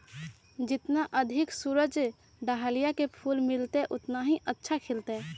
जितना अधिक सूरज डाहलिया के फूल मिलतय, उतना ही अच्छा खिलतय